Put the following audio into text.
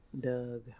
Doug